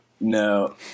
no